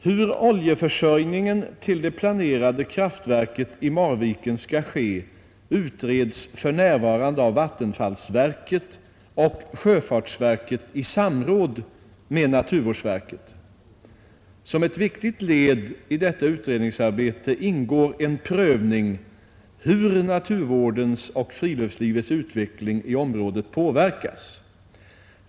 Hur oljeförsörjningen till det planerade kraftverket i Marviken skall ske utreds för närvarande av vattenfallsverket och sjöfartsverket i samråd med naturvårdsverket. Som ett viktigt led i detta utredningsarbete ingår en prövning hur naturvårdens och friluftslivets utveckling i området påverkas.